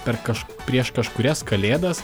per kaž prieš kažkurias kalėdas